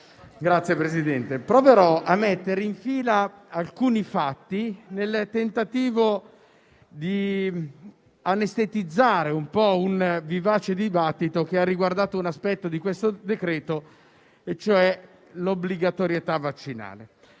Signor Presidente, proverò a mettere in fila alcuni fatti, nel tentativo di anestetizzare un vivace dibattito che ha riguardato un aspetto di questo decreto-legge, cioè l'obbligatorietà vaccinale.